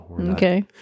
Okay